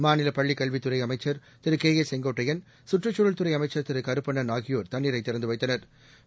மாநில பள்ளிக்கல்வித்துறை அமைச்ச் திரு கே ஏ செங்கோட்டையன் சுற்றுச்சூழல் துறை அமைச்சா் திரு கருப்பண்ணன் ஆகியோா் தண்ணீரை திறந்து வைத்தனா்